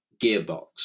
gearbox